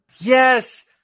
Yes